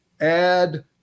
Add